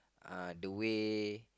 uh the way